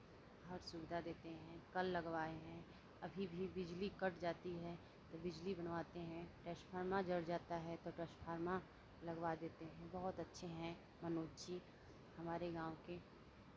हर सुविधा देते हैं कल लगवाए हैं अभी भी बिजली कट जाती है तो बिजली बनवाते हैं ट्रांसफ़र्मर जर जाता है तो ट्रांसफ़र्मर लगवा देते हैं बहुत अच्छे हैं मनोज जी हमारे गांव के